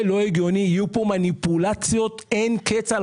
יהיו פה מניפולציות אין קץ.